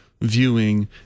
viewing